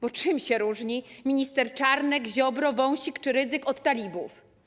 Bo czym się różnią minister Czarnek, Ziobro, Wąsik czy Rydzyk od talibów?